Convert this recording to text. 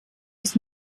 des